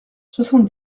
soixante